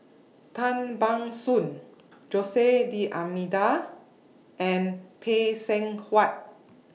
Tan Ban Soon Jose D'almeida and Phay Seng Whatt